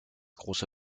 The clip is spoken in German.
große